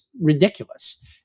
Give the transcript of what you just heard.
ridiculous